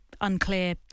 unclear